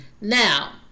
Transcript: now